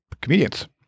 comedians